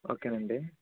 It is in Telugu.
ఓకే అండి